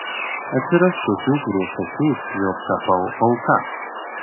atsiras tokių kurie sakys jog tapau auka